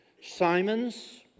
Simons